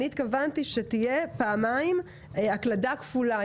אני התכוונתי שתהיה פעמיים הקלדה כפולה.